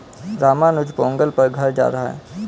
रामानुज पोंगल पर घर जा रहा है